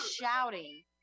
shouting